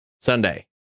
Sunday